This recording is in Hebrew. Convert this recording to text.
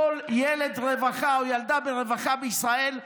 שכל ילד רווחה או ילדה ברווחה בישראל,